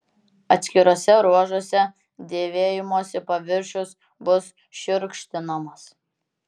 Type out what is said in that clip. atskiruose ruožuose dėvėjimosi paviršius bus šiurkštinamas